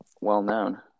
well-known